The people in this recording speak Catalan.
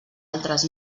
altres